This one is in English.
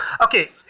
Okay